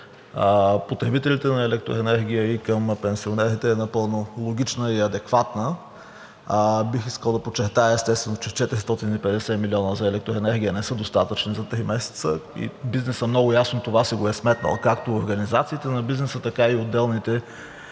потребителите на електроенергия и към пенсионерите е напълно логична и адекватна. Бих искал да подчертая, естествено, че 450 милиона за електроенергия не са достатъчни за три месеца и бизнесът много ясно си го е сметнал – както организациите на бизнеса, така и отделните